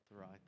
right